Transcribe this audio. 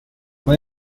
fue